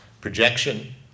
projection